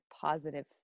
positive